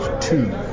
two